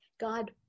God